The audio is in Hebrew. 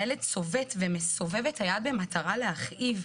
הילד צובט ומסובב את היד במטרה להכאיב,